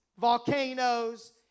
volcanoes